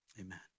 Amen